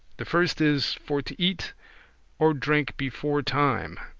the first is, for to eat or drink before time.